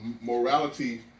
Morality